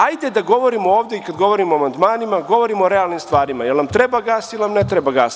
Hajde da govorimo ovde i kada govorimo o amandmanima, govorimo o realnim stvarima, da li nam treba gas ili nam ne treba gas.